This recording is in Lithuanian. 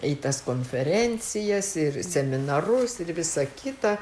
į tas konferencijas ir seminarus ir visa kita